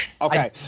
Okay